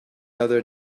other